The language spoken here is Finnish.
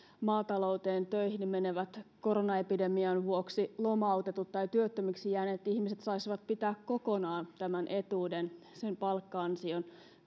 maatalouteen töihin menevät koronaepidemian vuoksi lomautetut tai työttömiksi jääneet ihmiset saisivat pitää tämän etuuden kokonaan sen palkka ansion